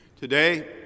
Today